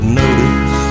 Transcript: notice